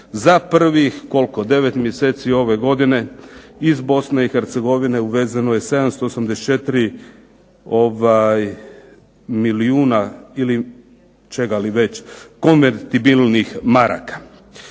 za prvih koliko 9 mjeseci ove godine iz Bosne i Hercegovine uvezeno je 784 milijuna ili čega li već konvertibilnih maraka.